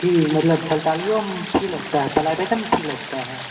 फी मतलब सरकारियो फी लगता है प्राइवेटे में फी लगता है